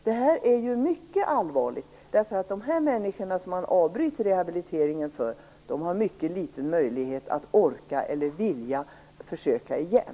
Detta är mycket allvarligt, för de människor vars rehabilitering man avbryter har mycket liten möjlighet att orka försöka igen.